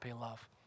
love